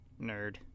Nerd